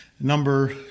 Number